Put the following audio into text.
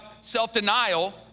self-denial